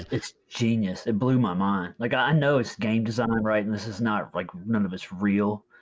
it's genius, it blew my mind. like i know it's game design, right? and this is not, like none of it's real.